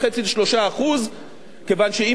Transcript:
כיוון שאם פתאום הגירעון קופץ ב-5%,